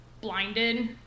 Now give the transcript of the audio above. blinded